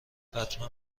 بتمن